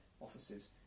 offices